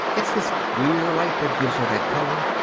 it's this queer light that gives her that color.